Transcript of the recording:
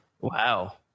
wow